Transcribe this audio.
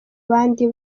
bandi